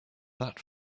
that